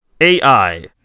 AI